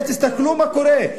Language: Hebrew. הרי תסתכלו מה קורה.